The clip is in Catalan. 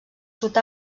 sud